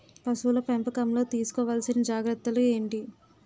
పశువుల పెంపకంలో తీసుకోవల్సిన జాగ్రత్తలు ఏంటి?